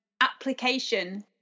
application